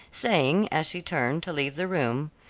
saying as she turned to leave the room,